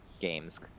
games